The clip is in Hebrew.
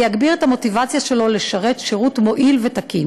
זה יגביר את המוטיבציה שלו לשרת שירות מועיל ותקין.